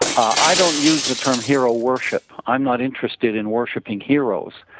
i don't use the term hero worship. i'm not interested in worshiping heroes.